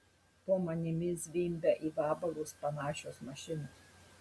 po manimi zvimbia į vabalus panašios mašinos